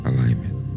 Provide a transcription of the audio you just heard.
Alignment